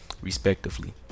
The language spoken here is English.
respectively